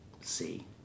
see